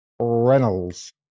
Reynolds